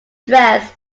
dress